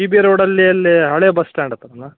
T B ರೋಡಲ್ಲಿ ಎಲ್ಲಿ ಹಳೆಯ ಬಸ್ ಸ್ಟ್ಯಾಂಡ್ ಹತ್ರನಾ